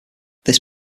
this